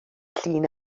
llun